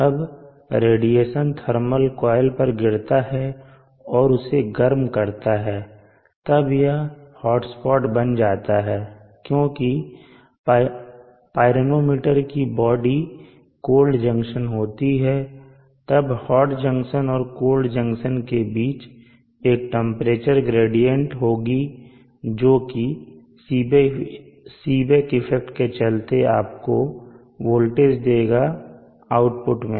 अब radiation thermal coil पर गिरता है और उसे गर्म करता है तब यह हॉटस्पॉट बन जाता है क्योंकि पिरोनोमीटर की बॉडी कोल्ड जंक्शन होती है तब हॉट जंक्शन और कोल्ड जंक्शन के बीच एक टेंपरेचर ग्रेडियंट होगी जो कि सीबेक इफेक्ट के चलते आपको वोल्टेज देगा आउटपुट में